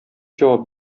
җавап